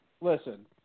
listen